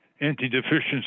anti-deficiency